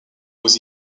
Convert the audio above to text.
aux